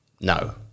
No